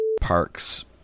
parks